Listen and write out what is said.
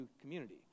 community